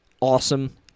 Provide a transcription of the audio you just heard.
awesome